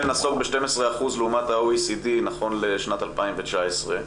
נסוג ב-12% לעומת ה-OECD נכון לשנת 2019,